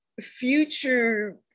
future